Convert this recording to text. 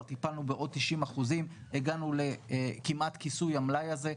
טיפלנו בעוד 90%. הגענו לכמעט כיסוי המלאי הזה.